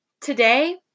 today